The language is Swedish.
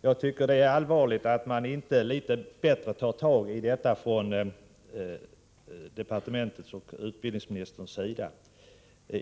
Jag tycker att det är allvarligt att man inte litet bättre tar tag i detta från departementets och utbildningsministerns sida.